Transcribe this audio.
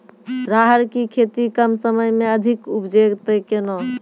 राहर की खेती कम समय मे अधिक उपजे तय केना?